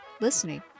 listening